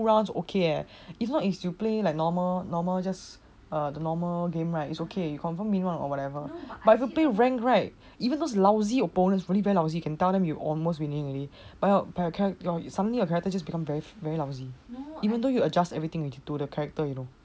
you play two rounds okay eh as long as you play like normal normal just a normal game right it's okay you confirm win [one] or whatever but to play rank right even though lousy opponents really very lousy you can tell him you almost winning already but suddenly your character just become very very lousy even though you adjust everything you need to the character you know what I mean